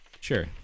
Sure